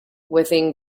within